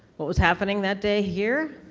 what was happening that day here?